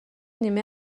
نیمه